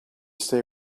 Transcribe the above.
stay